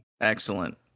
excellent